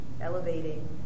elevating